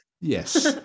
Yes